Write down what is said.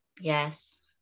Yes